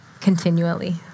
continually